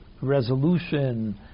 Resolution